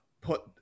put